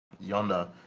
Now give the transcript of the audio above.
yonder